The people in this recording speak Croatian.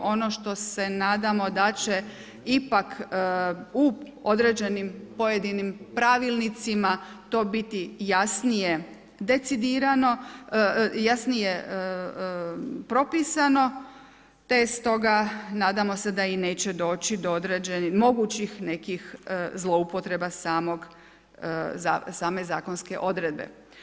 Ono što se nadamo da će ipak u određenim pojedinim pravilnicima to biti jasnije decidirano, jasnije propisano te stoga nadamo se da i neće doći do određenih, mogućih nekih zloupotreba same zakonske odredbe.